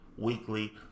weekly